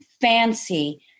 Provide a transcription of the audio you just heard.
fancy